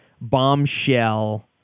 bombshell